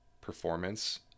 performance